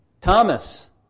Thomas